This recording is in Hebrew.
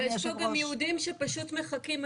יש פה גם יהודים שפשוט מחכים,